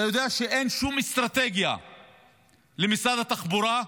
אתה יודע שאין שום אסטרטגיה למשרד התחבורה?